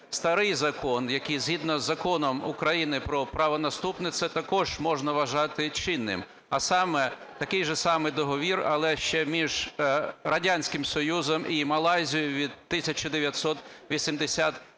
старий закон, який згідно із Законом України "Про правонаступництво" також можна вважати чинним, а саме: такий же самий договір, але ще між Радянським Союзом і Малайзією від 1987